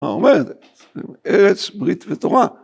‫מה אומר את זה? ארץ, ברית ותורה.